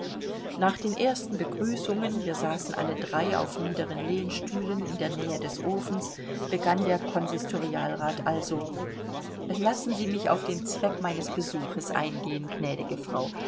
nach den ersten begrüßungen wir saßen alle drei auf niederen lehnstühlen in der nähe des ofens begann der konsistorialrat also lassen sie mich auf den zweck meines besuches eingehen gnädige frau